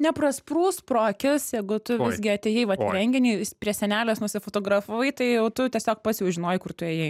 neprasprūs pro akis jeigu tu visgi atėjai vat į renginį prie sienelės nusifotografavai tai jau tu tiesiog pats jau žinojai kur tu ėjai